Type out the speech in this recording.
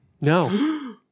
No